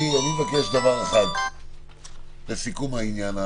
אני מבקש דבר אחד לסיכום העניין הזה,